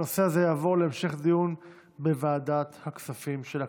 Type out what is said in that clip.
והנושא הזה יעבור להמשך דיון בוועדת הכספים של הכנסת.